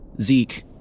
Zeke